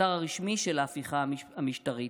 הקטר הרשמי של ההפיכה המשטרית.